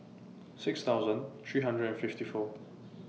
six thousand three hundred and fifty four